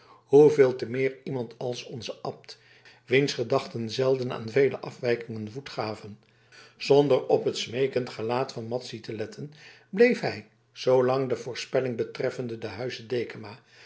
hoeveel te meer iemand als onze abt wiens gedachten zelden aan vele afwijkingen voet gaven zonder op het smeekend gelaat van madzy te letten bleef hij zoolang de voorspelling betreffende den huize dekama